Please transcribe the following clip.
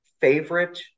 favorite